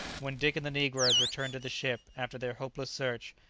when dick and the negroes returned to the ship after their hopeless search,